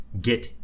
get